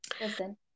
Listen